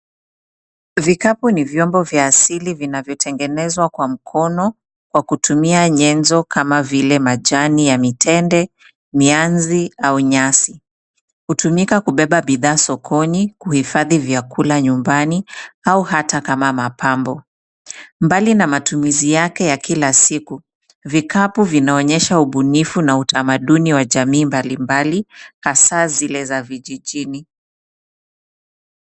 Vikapu ni vyombo vya asili vinavyotengenezwa kwa mkono, kwa kutumia nyenzo kama vile majani ya mitende, mianzi, au nyasi. Hutumika kubeba bidhaa sokoni, kuhifadhi vyakula nyumbani, au hata kama mapambo. Mbali na matumizi yake ya kila siku, vikapu vinaonyesha ubunifu na utamaduni wa jamii mbalimbali, hasa zile za vijijini.